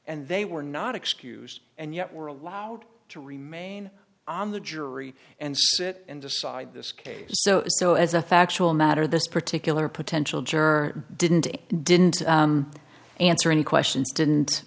and they were not excused and yet were allowed to remain on the jury and sit and decide this case so so as a factual matter this particular potential juror didn't it didn't answer any questions didn't